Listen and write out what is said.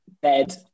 bed